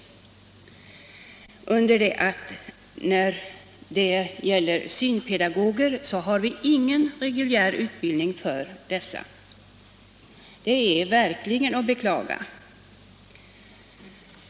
För synpedagoger har vi emellertid ingen reguljär utbildning. Det är verkligen att beklaga.